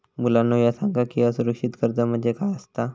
मुलांनो ह्या सांगा की असुरक्षित कर्ज म्हणजे काय आसता?